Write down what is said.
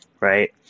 right